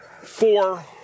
four